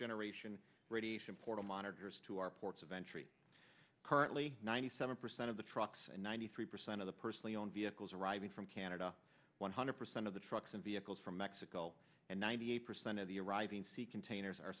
generation radiation portal monitors to our ports of entry currently ninety seven percent of the trucks and ninety three percent of the personally owned vehicles arriving from canada one hundred percent of the trucks and vehicles from mexico and ninety eight percent of the arriving sea containers